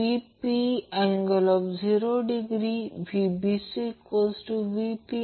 17 angle 32 o Ω ने दिलेला आहे